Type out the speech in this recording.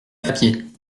papier